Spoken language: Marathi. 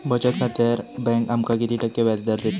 बचत खात्यार बँक आमका किती टक्के व्याजदर देतली?